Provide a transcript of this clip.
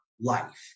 life